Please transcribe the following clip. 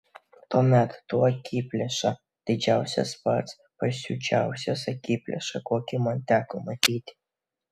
tuomet tu akiplėša didžiausias pats pasiučiausias akiplėša kokį man teko matyti